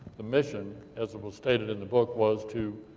the mission, as was stated in the book, was to